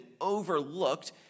overlooked